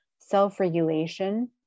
self-regulation